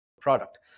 product